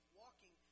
walking